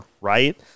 right